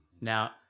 Now